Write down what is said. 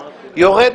יורד